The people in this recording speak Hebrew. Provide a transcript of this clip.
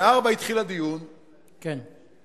ב-16:00 התחיל הדיון, כן.